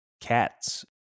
cats